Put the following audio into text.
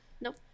nope